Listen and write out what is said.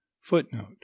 Footnote